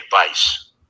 advice